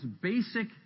basic